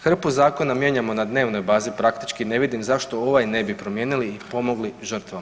Hrpu zakona mijenjamo na dnevnoj bazi, praktički ne vidim zašto ovaj ne bi promijenili i pomogli žrtvama.